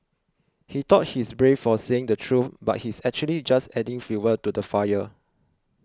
he thought he's brave for saying the truth but he's actually just adding fuel to the fire